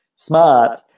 Smart